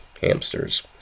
hamsters